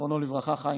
זיכרונו לברכה,